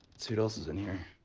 see what else is in here.